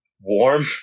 warm